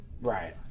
Right